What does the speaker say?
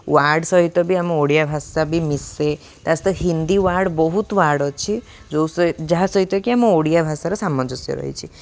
word ସହିତ ବି ଆମ ଓଡ଼ିଆ ଭାଷା ବି ମିଶେ ତା ସହିତ ହିନ୍ଦୀ ୱାର୍ଡ଼୍ ବହୁତ ୱାର୍ଡ଼୍ ଅଛି ଯେଉଁ ସହ ଯାହା ସହିତ କି ଆମ ଓଡ଼ିଆ ଭାଷାର ସାମଞ୍ଜସ୍ୟ ରହିଛି